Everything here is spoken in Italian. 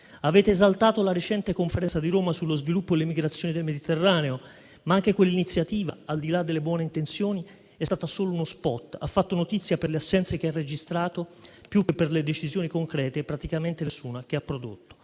Avete esaltato la recente conferenza internazionale di Roma su sviluppo e migrazioni del Mediterraneo, ma anche quell'iniziativa, al di là delle buone intenzioni, è stata solo uno *spot,* che ha fatto notizia per le assenze che ha registrato più che per le decisioni concrete (praticamente nessuna) che ha prodotto.